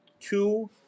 two